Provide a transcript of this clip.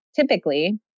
typically